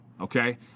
okay